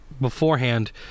beforehand